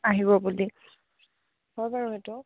আহিব বুলি হয় বাৰু সেইটো